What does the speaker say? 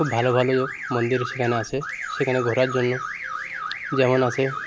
খুব ভালো ভালো মন্দির সেখানে আসে সেখানে ঘোরার জন্য যেমন আছে